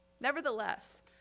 Nevertheless